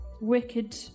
Wicked